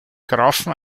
grafen